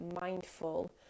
mindful